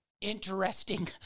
interesting